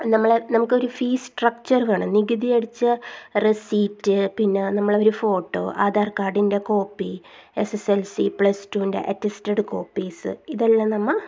നമ്മളെ നമുക്കൊരു fees structure വേണം നികുതിയടച്ച റെസീറ്റ് പിന്നെ നമ്മളെ ഒരു ഫോട്ടോ ആധാർ കാർഡിൻ്റെ copy S S L C plus ടുൻ്റെ അറ്റെസ്റ്റെഡ് കോപ്പീസ് ഇതെല്ലാം നമ്മൾ